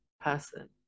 person